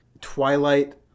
twilight